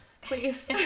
Please